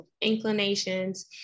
inclinations